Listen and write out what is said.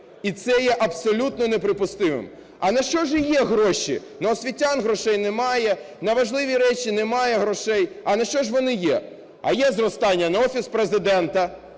І це є абсолютно неприпустимим. А на що ж є гроші? На освітян грошей немає, на важливі речі немає грошей, а на що ж вони є? А є зростання на Офіс Президента